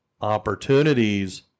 opportunities